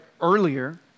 earlier